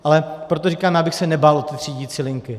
Ale proto říkám, já bych se nebál o ty třídicí linky.